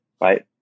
Right